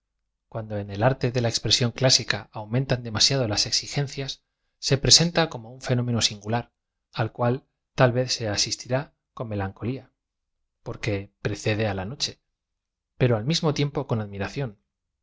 cuando en el arte de la expresión clásica aumentan demasiado las e x i gencias se presenta como un fenómeno singular al cual tal v e z se asistirá con melancolía porque prece de á la noche pero al mismo tiempo con admiración